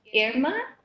Irma